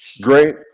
Great